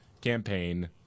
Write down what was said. campaign